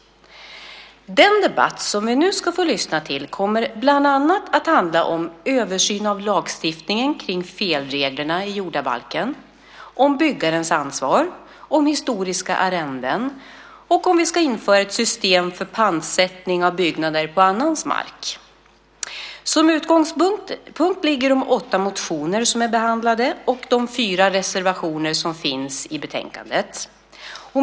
Den debatt som vi nu ska få lyssna till kommer bland annat att handla om översyn av lagstiftningen kring felreglerna i jordabalken, om byggarens ansvar, om historiska arrenden och om vi ska införa ett system för pantsättning av byggnader på annans mark. Som utgångspunkt ligger de åtta motioner som är behandlade och de fyra reservationer som finns i betänkandet.